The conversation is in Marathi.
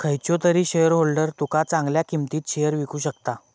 खयचो तरी शेयरहोल्डर तुका चांगल्या किंमतीत शेयर विकु शकता